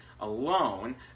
alone